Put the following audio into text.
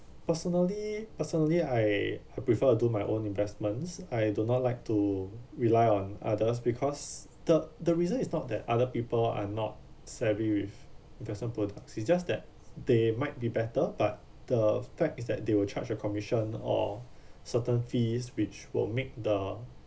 personally personally I I prefer to do my own investments I do not like to rely on others because the the reason is not that other people are not savvy with investment products it's just that they might be better but the fact is that they will charge a commission or certain fees which will make the